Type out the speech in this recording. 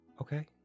Okay